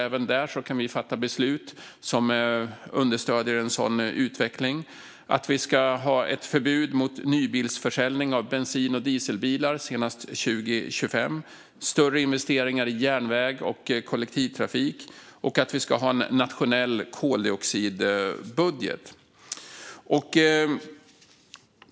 Även där kan vi fatta beslut som understöder en sådan utveckling. Man föreslår ett förbud mot nybilsförsäljning av bensin och dieselbilar senast 2025, större investeringar i järnväg och kollektivtrafik och att vi ska ha en nationell koldioxidbudget.